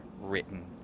written